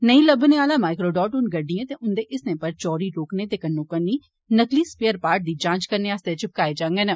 नेई लब्बनै आला माइक्रोडॉट हुन गडिडए ते उंदे हिस्सें पर चोरी रोकने दे कन्नोकन्नी नकली स्पेयर पार्टस दी जांच करने आस्तै चिपकाए जांगन